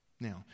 Now